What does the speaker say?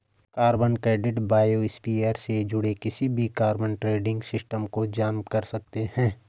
carbon credit biosphere से जुड़े किसी भी कार्बन ट्रेडिंग सिस्टम को जाम कर सकते हैं